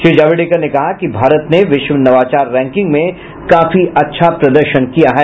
श्री जावड़ेकर ने कहा कि भारत ने विश्व नवाचार रैंकिंग में काफी अच्छा प्रदर्शन किया है